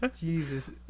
Jesus